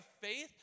faith